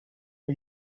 for